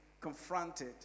confronted